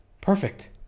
perfect